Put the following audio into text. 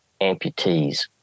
amputees